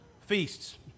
feasts